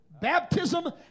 Baptism